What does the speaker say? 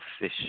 fish